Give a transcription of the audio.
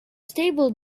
stable